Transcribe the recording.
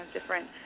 different